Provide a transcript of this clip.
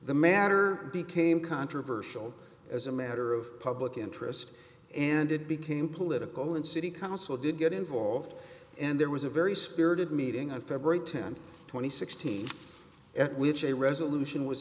the matter became controversial as a matter of public interest and it became political and city council did get involved and there was a very spirited meeting on february tenth two thousand and sixteen at which a resolution was